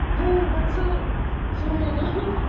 hey, that's ah so only a nine.